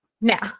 Now